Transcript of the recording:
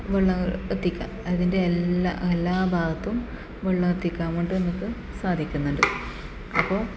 വെള്ളം എത്തിക്കാം അതിൻ്റെ എല്ലാ എല്ലാ ഭാഗത്തും വെള്ളം എത്തിക്കാൻ വേണ്ടിയിട്ട് നമുക്ക് സാധിക്കുന്നുണ്ട് അപ്പോൾ